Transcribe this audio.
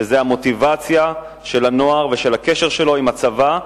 שזה המוטיבציה של הנוער והקשר שלו עם הצבא.